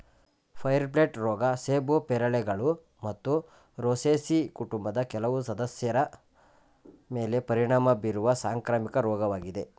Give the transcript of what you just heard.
fire blight ರೋಗ ಸೇಬು ಪೇರಳೆಗಳು ಮತ್ತು ರೋಸೇಸಿ ಕುಟುಂಬದ ಕೆಲವು ಸದಸ್ಯರ ಮೇಲೆ ಪರಿಣಾಮ ಬೀರುವ ಸಾಂಕ್ರಾಮಿಕ ರೋಗವಾಗಿದೆ